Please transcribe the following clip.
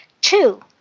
Two